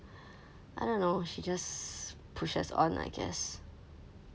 I don't know she just pushes on I guess